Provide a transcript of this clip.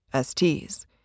STs